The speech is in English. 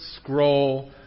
scroll